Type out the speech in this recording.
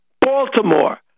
Baltimore